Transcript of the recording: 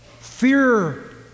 Fear